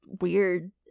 Weird